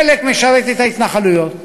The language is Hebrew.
חלק משרת את ההתנחלויות,